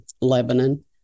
Lebanon